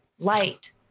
light